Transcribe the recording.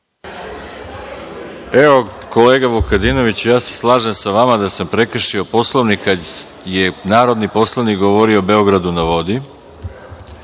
Kolega Vukadinoviću, slažem sa vama da sam prekršio Poslovnik kada je narodni poslanik govorio o Beogradu na vodi,